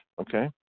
okay